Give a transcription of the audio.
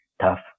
tough